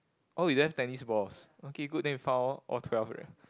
oh you don't have tennis balls okay good then we found all twelve already